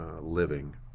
living